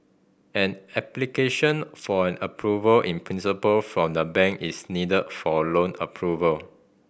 an application for an Approval in Principle from the bank is needed for loan approval